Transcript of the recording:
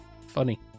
Funny